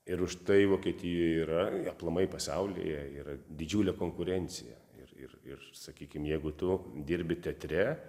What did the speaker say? ir už tai vokietijoj yra aplamai pasaulyje yra didžiulė konkurencija ir ir ir sakykim jeigu tu dirbi teatre